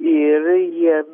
ir jie